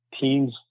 teams